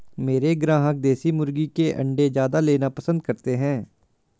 मेरे ग्राहक देसी मुर्गी के अंडे ज्यादा लेना पसंद करते हैं